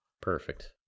Perfect